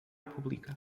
pública